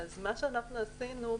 מה שעשינו,